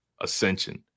ascension